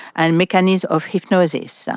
and mechanics of hypnosis.